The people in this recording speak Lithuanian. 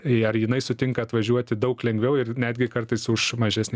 ar jinai sutinka atvažiuoti daug lengviau ir netgi kartais už mažesnį